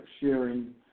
sharing